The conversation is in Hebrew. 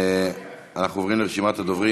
אנחנו עוברים לרשימת הדוברים.